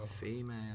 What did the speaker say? Female